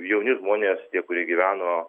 jauni žmonės tie kurie gyveno